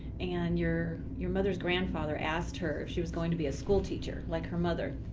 and your your mother's grandfather asked her if she was going to be a schoolteacher like her mother,